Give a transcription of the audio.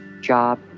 job